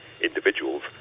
individuals